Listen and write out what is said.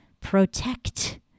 protect